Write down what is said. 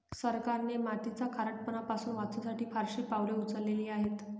सरकारने मातीचा खारटपणा पासून वाचवण्यासाठी फारशी पावले उचलली आहेत